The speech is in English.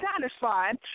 satisfied